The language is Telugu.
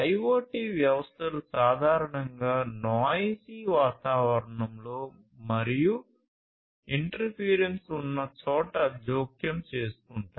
IoT వ్యవస్థలు సాధారణంగా noisy వాతావరణంలో మరియు interference ఉన్న చోట జోక్యం చేసుకుంటాయి